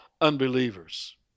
unbelievers